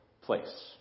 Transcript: place